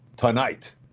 Tonight